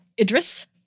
Idris